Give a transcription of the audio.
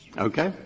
okay?